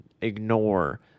ignore